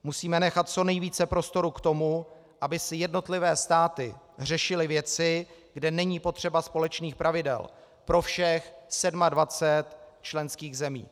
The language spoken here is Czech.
Musíme nechat co nejvíce prostoru k tomu, aby si jednotlivé státy řešily věci, kde není potřeba společných pravidel pro všech 27 členských zemí.